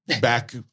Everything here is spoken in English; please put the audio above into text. back